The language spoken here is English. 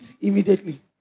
immediately